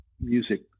music